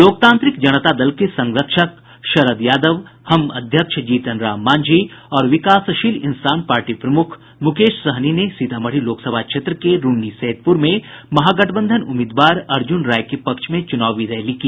लोकतांत्रिक जनता दल के संरक्षक शरद यादव हम अध्यक्ष जीतन राम मांझी और विकासशील इंसान पार्टी प्रमुख मुकेश सहनी ने सीतामढ़ी लोकसभा क्षेत्र के रून्नीसैदपुर में महागठबंधन उम्मीदवार अर्जुन राय के पक्ष में चुनावी रैली की